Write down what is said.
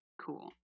cool